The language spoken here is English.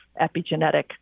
epigenetic